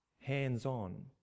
hands-on